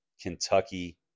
Kentucky